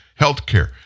healthcare